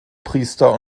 priester